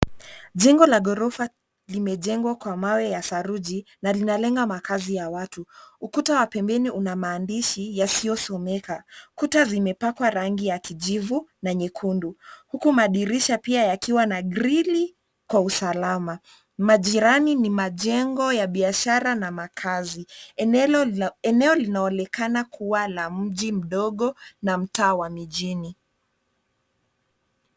Jengo la ghorofa limejengwa kwa mawe ya saruji na linalenga makazi ya watu. Ukuta wa pembeni una maandishi yasiyosomeka. Kuta zimepakwa rangi ya kijivu na nyekundu huku madirisha pia yakiwa na grili kwa usalama. Majirani ni majengo ya biashara na makazi. Eneo linaonekana kuwa la mji mdogo na mtaa wa mijini.